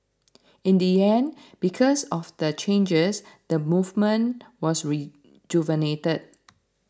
in the end because of the changes the movement was rejuvenated